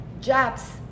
jobs